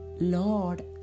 Lord